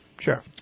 Sure